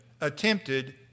attempted